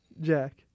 Jack